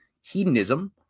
hedonism